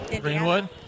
Greenwood